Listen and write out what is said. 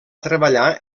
treballar